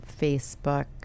Facebook